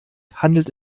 handelt